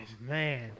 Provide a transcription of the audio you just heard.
Man